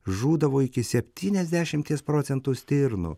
žūdavo iki septyniasdešimies procentų stirnų